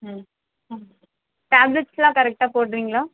ம் டேப்லெட்ஸ்லாம் கரெக்டாக போடுறிங்களா